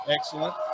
excellent